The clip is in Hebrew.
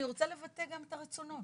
אני רוצה לבטא גם את הרצונות,